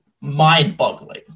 Mind-boggling